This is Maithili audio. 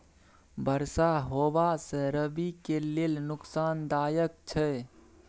बरसा होबा से रबी के लेल नुकसानदायक छैय?